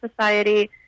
Society